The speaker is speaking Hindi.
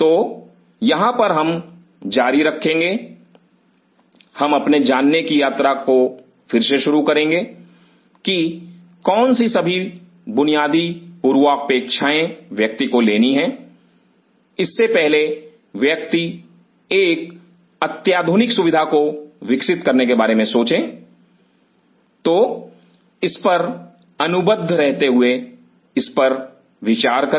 तो यहां पर हम जारी रखेंगे हम अपने जानने की यात्रा फिर से शुरू करेंगे कि कौन सी सभी बुनियादी पूर्वापेक्षाएं व्यक्ति को लेनी है इससे पहले व्यक्ति एक अत्याधुनिक सुविधा को विकसित करने के बारे में सोचें तो इस पर अनुबद्ध रहते हुए इस पर विचार करें